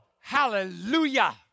hallelujah